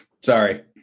Sorry